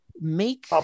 make